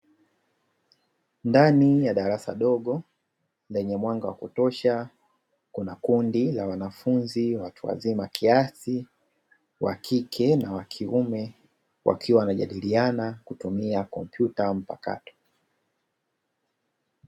Ndani ya darasa dogo lenye mwanga wa kutosha kuna kundi la wanafunzi watu wazima kiasi, wa kike na wa kiume wakiwa wanajadiliana kutumia kompyuta mpakato.